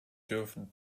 dürfen